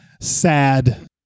sad